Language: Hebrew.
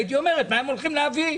הייתי אומר מה הם הולכים להביא.